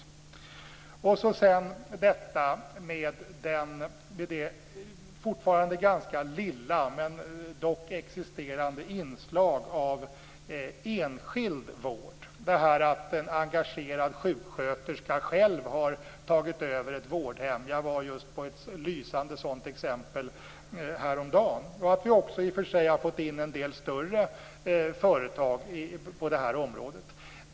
Sedan har vi detta med det fortfarande ganska lilla, men dock existerande, inslag av enskild vård, detta med att en engagerad sjuksköterska själv har tagit över ett vårdhem. Jag var själv och såg ett lysande exempel på detta häromdagen. Vi har också fått in en del större företag på det här området.